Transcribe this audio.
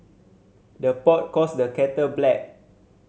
the pot calls the kettle black